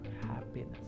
happiness